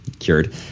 cured